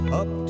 up